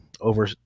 Over